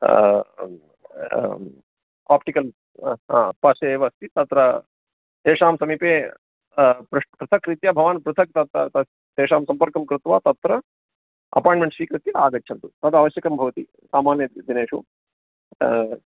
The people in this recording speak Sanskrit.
आप्टिकल् पार्श्वे एव अस्ति तत्र तेषां समीपे पृ् पृथग्रीत्या भवान् पृथक् तत् तेषां सम्पर्कं कृत्वा तत्र अपायण्ट्मेण्ट् स्वीकृत्य आगच्छन्तु तद् आवश्यकं भवति सामान्यदिनेषु